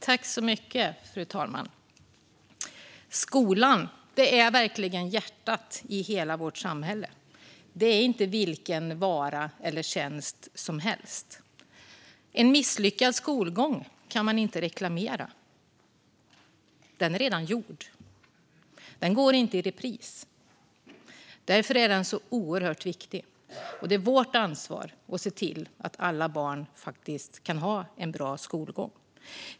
Fru talman! Skolan är verkligen hjärtat i hela vårt samhälle. Det är inte vilken vara eller tjänst som helst. En misslyckad skolgång kan man inte reklamera. Den är redan gjord. Den går inte i repris. Därför är den så oerhört viktig, och det är vårt ansvar att se till alla barn faktiskt kan ha en bra skolgång.